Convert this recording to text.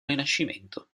rinascimento